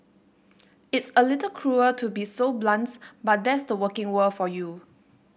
it's a little cruel to be so blunt but that's the working world for you